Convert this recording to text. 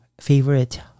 favorite